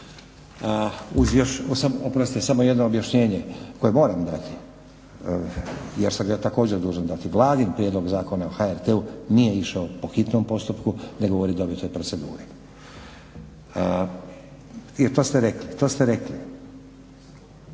logično. Oprostite. Samo jedno objašnjene koje moram dati jer sam ga također dužan dati. Vladin prijedloga Zakona o HRT-u nije išao po hitnom postupku nego u redovitoj proceduri jer to ste rekli. Povreda